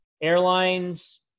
airlines